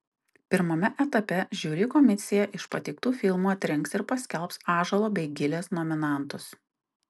pirmame etape žiuri komisija iš pateiktų filmų atrinks ir paskelbs ąžuolo bei gilės nominantus